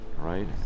right